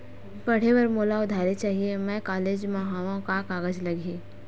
पढ़े बर मोला उधारी चाही मैं कॉलेज मा हव, का कागज लगही?